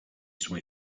sont